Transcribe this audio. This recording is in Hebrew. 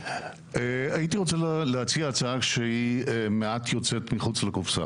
הייתי רוצה להציע הצעה שהיא מעט יוצאת מחוץ לקופסא.